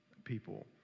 people